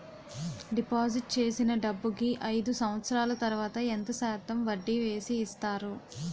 Deposit చేసిన డబ్బుకి అయిదు సంవత్సరాల తర్వాత ఎంత శాతం వడ్డీ వేసి ఇస్తారు?